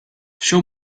show